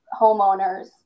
homeowners